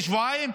של שבועיים.